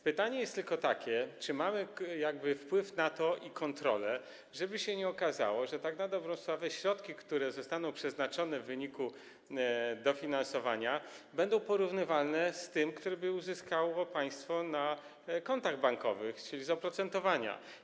Pytanie jest tylko takie, czy mamy jakby wpływ na to i możliwości kontroli - żeby się nie okazało, że tak na dobrą sprawę środki, które zostaną przeznaczone w wyniku dofinansowania, będą porównywalne z tymi, które by uzyskało państwo na kontach bankowych, czyli z oprocentowania.